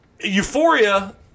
Euphoria